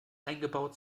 eingebaut